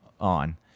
on